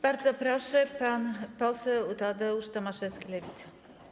Bardzo proszę, pan poseł Tadeusz Tomaszewski, Lewica.